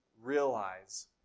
realize